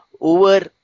over